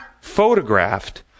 photographed